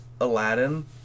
Aladdin